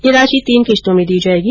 ये राशि तीन किश्तों में दी जायेगी